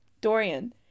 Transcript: Dorian